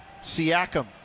Siakam